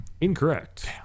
Incorrect